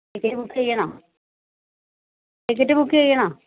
ticket book ചെയ്യണോ ticket book ചെയ്യണം